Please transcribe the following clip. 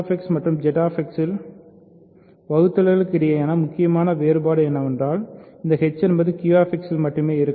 QX மற்றும் ZX இல் வகுத்தல்களுக்கு இடையிலான முக்கியமான வேறுபாடு என்னவென்றால் இந்த h என்பதுQ X இல் மட்டுமே இருக்கும்